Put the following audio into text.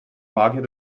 magier